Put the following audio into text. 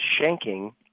shanking